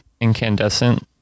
Incandescent